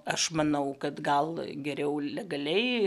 aš manau kad gal geriau legaliai